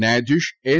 ન્યાયધીશ એન